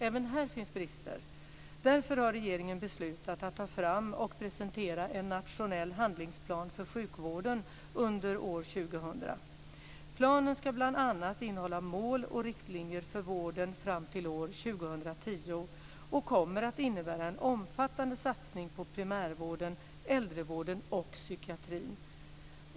Även här finns det brister. Därför har regeringen beslutat att ta fram och presentera en nationell handlingsplan för sjukvården under år 2000. Planen ska bl.a. innehålla mål och riktlinjer för vården fram till år 2010 och kommer att innebära en omfattande satsning på primärvården, äldrevården och psykiatrin.